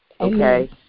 Okay